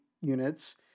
units